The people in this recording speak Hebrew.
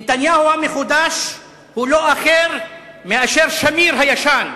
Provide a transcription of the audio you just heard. נתניהו המחודש הוא לא אחר מאשר שמיר הישן.